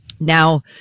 now